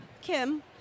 Kim